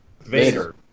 Vader